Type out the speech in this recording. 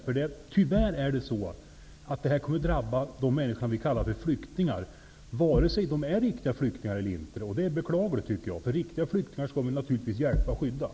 Det är tyvärr så, att det är dem som vi kallar för flyktingar som kommer att drabbas -- vare sig de är riktiga flyktingar, eller inte. Det är beklagligt, eftersom vi naturligtvis skall hjälpa och skydda riktiga flyktingar.